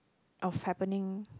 of happening